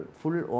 full